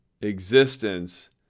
existence